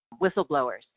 whistleblowers